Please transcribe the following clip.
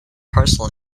parcel